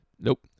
Nope